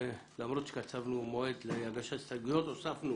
למרות שקצבנו מועד להגשת הסתייגויות אפשרנו